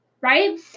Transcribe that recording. right